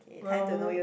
well